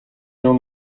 nią